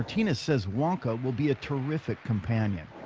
martinez says wonka will be a terrific companion.